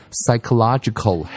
psychological